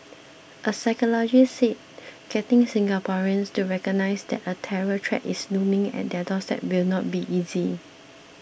a psychologist said getting Singaporeans to recognise that a terror threat is looming at their doorstep will not be easy